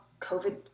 COVID